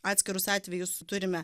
atskirus atvejus turime